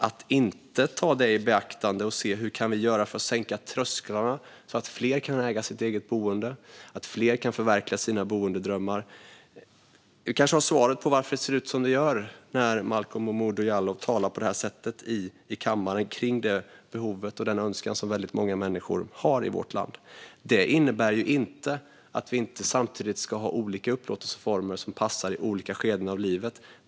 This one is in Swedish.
Att inte ta det i beaktande och se vad vi kan göra för att sänka trösklarna så att fler kan äga sitt eget boende, att fler kan förverkliga sina boendedrömmar, är kanske svaret på varför det ser ut som det gör när Malcolm Momodou Jallow talar på det här sättet i kammaren om den önskan som så många människor i vårt land har. Det innebär inte att det inte samtidigt ska finnas olika upplåtelseformer som passar i olika skeden av livet.